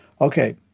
Okay